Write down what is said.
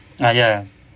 ah ya